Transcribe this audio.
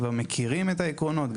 כבר מכירים את העקרונות,